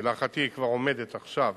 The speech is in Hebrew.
ולהערכתי היא כבר עומדת עכשיו,